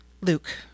Luke